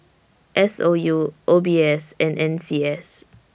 S O U O B S and N C S